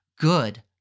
good